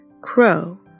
Crow